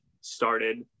started